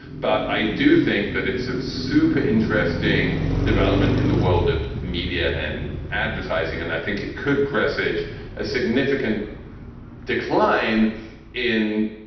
but i do think that it's a super interesting development in the world of media and advertising. and i think it could presage a significant decline in.